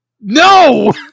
No